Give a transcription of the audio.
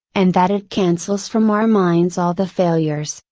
and that it cancels from our minds all the failures,